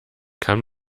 kann